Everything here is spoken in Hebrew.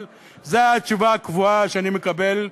אבל זו התשובה הקבועה שאני מקבל,